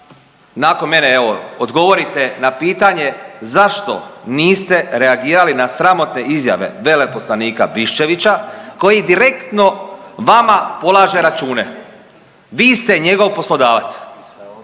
nakon mene, evo, odgovorite na pitanje zašto niste reagirali na sramotne izjave veleposlanika Biščevića koji direktno vama polaže račune. Vi ste njegov poslodavac